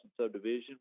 subdivision